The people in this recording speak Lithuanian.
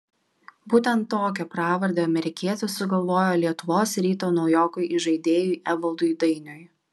būtent tokią pravardę amerikietis sugalvojo lietuvos ryto naujokui įžaidėjui evaldui dainiui